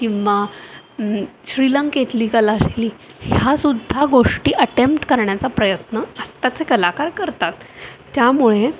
किंवा श्रीलंकेतली कलाशैली ह्यासुद्धा गोष्टी अटेम्प्ट करण्याचा प्रयत्न आत्ताचे कलाकार करतात त्यामुळे